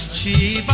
t